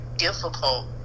difficult